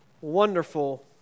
wonderful